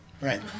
right